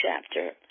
chapter